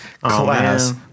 class